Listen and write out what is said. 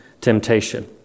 temptation